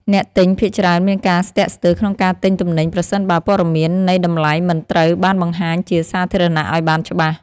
អ្នកទិញភាគច្រើនមានការស្ទាក់ស្ទើរក្នុងការទិញទំនិញប្រសិនបើព័ត៌មាននៃតម្លៃមិនត្រូវបានបង្ហាញជាសាធារណៈឱ្យបានច្បាស់។